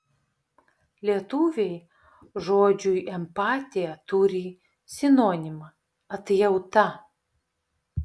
lietuviai žodžiui empatija turi sinonimą atjauta